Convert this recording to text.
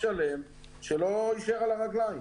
שלם שלא יצליח לעמוד על הרגליים,